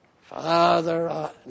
Father